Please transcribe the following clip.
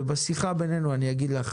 בשיחה בינינו אני אגיד לך